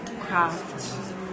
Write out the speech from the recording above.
craft